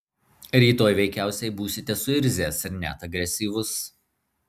rytoj veikiausiai būsite suirzęs ir net agresyvus